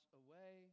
away